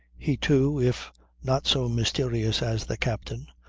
he, too, if not so mysterious as the captain,